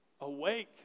Awake